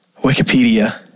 Wikipedia